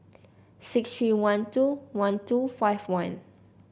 six three one two one two five one